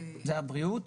והבריאות.